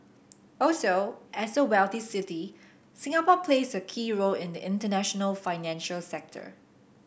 also as a wealthy city Singapore plays a key role in the international financial sector